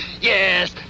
Yes